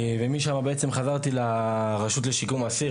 ומשם בעצם חזרתי לרשות לשיקום האסיר,